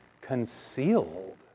concealed